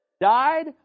died